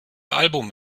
album